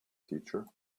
teacher